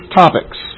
topics